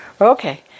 Okay